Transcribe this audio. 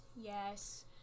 yes